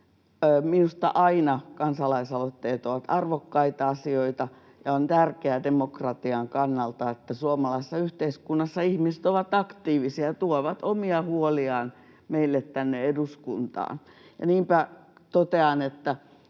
Minusta kansalaisaloitteet ovat aina arvokkaita asioita, ja on tärkeää demokratian kannalta, että suomalaisessa yhteiskunnassa ihmiset ovat aktiivisia ja tuovat omia huoliaan meille tänne eduskuntaan. Niinpä totean, että